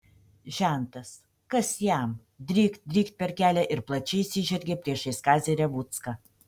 žentas kas jam drykt drykt per kelią ir plačiai išsižergė priešais kazį revucką